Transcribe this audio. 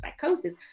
psychosis